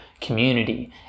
community